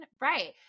right